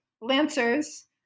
lancers